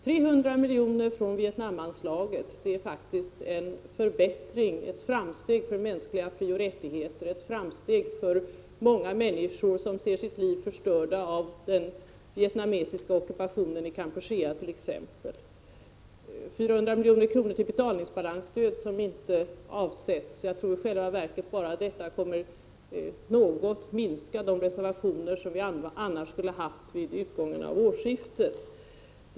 Trehundra miljoner från Vietnamanslaget är faktiskt ett framsteg för mänskliga frioch rättigheter, ett framsteg för många människor som ser sina liv förstörda av den vietnamesiska ockupationen i Kampuchea t.ex. 400 milj.kr. till betalningsbalansstöd som inte avsätts — jag tror i själva verket att bara detta kommer att något minska de reservationer som vi annars skulle ha haft vid utgången av årsskiftet.